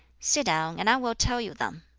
sit down, and i will tell you them.